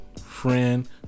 friend